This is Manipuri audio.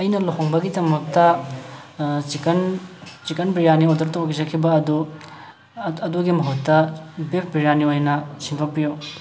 ꯑꯩꯅ ꯂꯨꯍꯣꯡꯕꯒꯤꯗꯃꯛꯇ ꯆꯤꯛꯀꯟ ꯆꯤꯛꯀꯟ ꯕꯤꯔꯌꯥꯅꯤ ꯑꯣꯔꯗꯔ ꯇꯧꯖꯈꯤꯕ ꯑꯗꯨ ꯑꯗꯨꯒꯤ ꯃꯍꯨꯠꯇ ꯕꯤꯐ ꯕꯤꯔꯌꯥꯅꯤ ꯑꯣꯏꯅ ꯁꯤꯟꯗꯣꯛꯄꯤꯔꯛꯎ